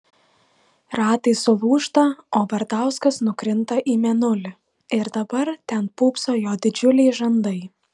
ratai sulūžta o vardauskas nukrinta į mėnulį ir dabar ten pūpso jo didžiuliai žandai